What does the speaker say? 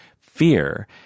fear